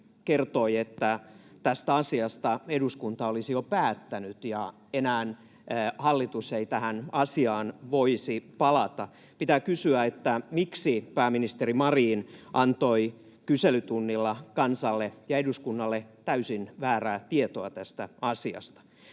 kertoi, että tästä asiasta eduskunta olisi jo päättänyt ja enää hallitus ei tähän asiaan voisi palata. Pitää kysyä, miksi pääministeri Marin antoi kyselytunnilla kansalle ja eduskunnalle täysin väärää tietoa tästä asiasta.